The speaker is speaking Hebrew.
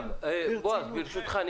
ברשותך,